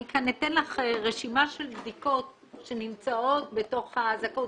אני אתן לך כאן רשימה של בדיקות שנמצאות בתוך הזכאות.